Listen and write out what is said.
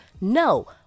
No